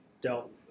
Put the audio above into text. dealt